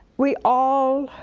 we all